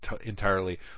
entirely